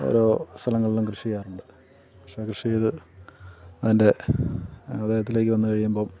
ഓരോ സ്ഥലങ്ങളിലും കൃഷി ചെയ്യാറുണ്ട് പക്ഷെ കൃഷി ചെയ്തു അതിൻ്റെ ആദായത്തിലേക്ക് വന്നു കഴിയുമ്പം